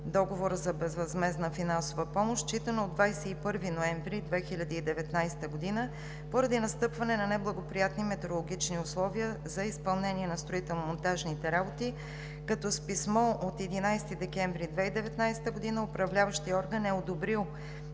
договора за безвъзмездна финансова помощ, считано от 21 ноември 2019 г. поради настъпване на неблагоприятни метеорологични условия за изпълнение на строително-монтажните работи, като с писмо от 11 декември 2019 г. Управляващият орган е одобрил